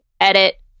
edit